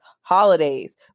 Holidays